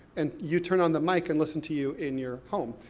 and you turn on the mic, and listen to you in your home.